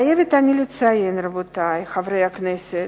אני חייבת לציין, רבותי חברי הכנסת,